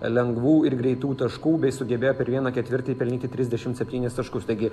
lengvų ir greitų taškų bei sugebėjo per vieną ketvirtį pelnyti trisdešim septynis taškus taigi